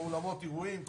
כמו אולמות אירועים,